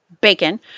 bacon